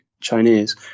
Chinese